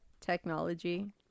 technology